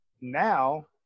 now